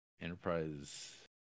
Enterprise